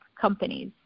companies